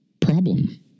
problem